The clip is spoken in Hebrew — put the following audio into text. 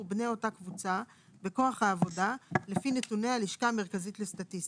בני אותה קבוצה בכוח העבודה לפי נתוני הלשכה המרכזית לסטטיסטיקה.